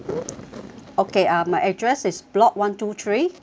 okay um my address is block one two three